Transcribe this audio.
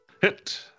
Hit